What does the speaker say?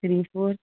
three four